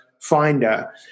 finder